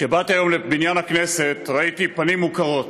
כשבאתי היום לבניין הכנסת ראיתי פנים מוכרות: